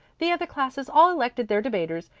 the other classes all elected their debaters,